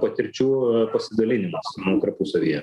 patirčių pasidalinimas tarpusavyje